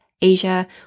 Asia